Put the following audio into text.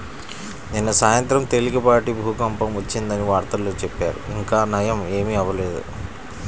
నిన్న సాయంత్రం తేలికపాటి భూకంపం వచ్చిందని వార్తల్లో చెప్పారు, ఇంకా నయ్యం ఏమీ అవ్వలేదు